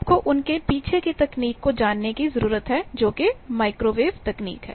आपको उनके पीछे की तकनीक को जानने की जरूरत है जो कि माइक्रोवेव तकनीक है